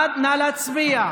נא להצביע.